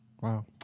Wow